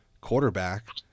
quarterback